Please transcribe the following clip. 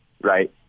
right